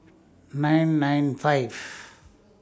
nine nine five